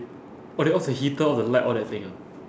oh they off the heater off the light all that thing ah